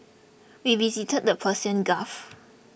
we visited the Persian Gulf